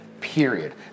period